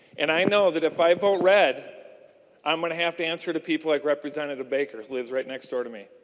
and i know that if i vote red i'm good and have to answer to people like representative baker who lives right next door to me.